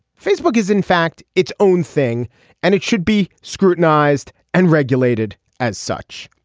facebook is in fact its own thing and it should be scrutinized and regulated as such.